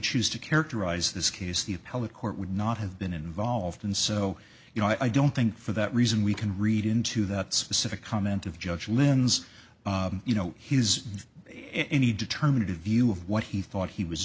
choose to characterize this case the appellate court would not have been involved and so you know i don't think for that reason we can read into that specific comment of judge lynn's you know his any determinative view of what he thought he was